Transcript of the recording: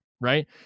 right